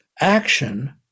action